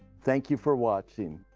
thank you for watching.